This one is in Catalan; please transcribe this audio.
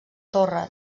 torre